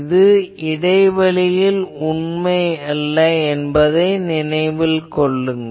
இது இடைவெளியில் உண்மை அல்ல என்பதை நினைவில் கொள்ளுங்கள்